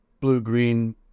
Blue-Green